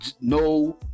no